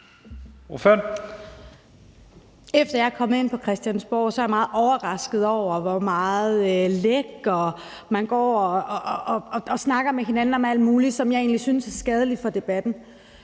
Efter at jeg er kommet ind på Christiansborg, har jeg været meget overrasket over, hvor meget man går og snakker med hinanden om alt muligt, som jeg egentlig synes er skadeligt for debatten.